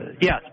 yes